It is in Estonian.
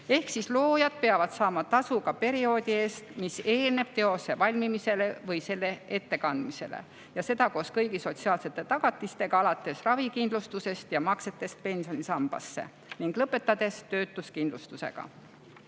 Ehk loojad peavad saama tasu ka perioodi eest, mis eelneb teose valmimisele või selle ettekandmisele, ja seda koos kõigi sotsiaalsete tagatistega, alates ravikindlustusest ja maksetest pensionisambasse, lõpetades töötuskindlustusega.